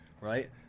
Right